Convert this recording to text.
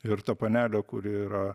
ir ta panelė kuri yra